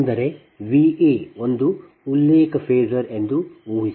ಅಂದರೆ Va ಒಂದು ಉಲ್ಲೇಖ ಫೇಸರ್ ಎಂದು ಉಹಿಸಿ